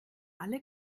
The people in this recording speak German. alle